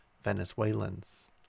Venezuelans